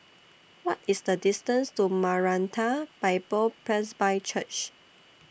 What IS The distance to Maranatha Bible Presby Church